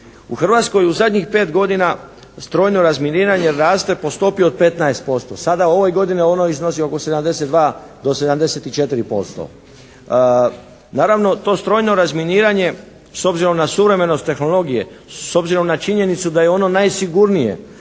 U Hrvatskoj u zadnjih pet godina strojno razminiranje raste po stopi od 15%. Sada u ovoj godini ono iznosi oko 72 do 74%. Naravno to strojno razminiranje s obzirom na suvremenost tehnologije, s obzirom na činjenicu da je ono najsigurnije,